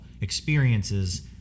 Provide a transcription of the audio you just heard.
experiences